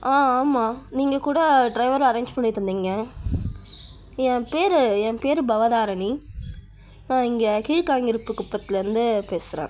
ஆ ஆமாம் நீங்கள் கூட டிரைவர் அரேஞ்ச் பண்ணி தந்திங்க என் பேர் என் பேர் பவதாரணி நான் இங்கே கீழ்காய்ங்கிற குப்பத்திலருந்து பேசுகிறேன்